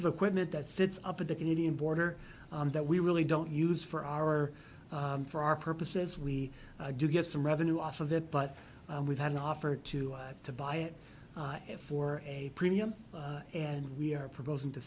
of equipment that sits up at the canadian border that we really don't use for our for our purposes we do get some revenue off of it but we've had an offer to us to buy it for a premium and we are proposing to